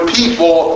people